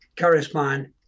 correspond